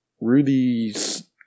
Rudy's